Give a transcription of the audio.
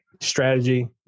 strategy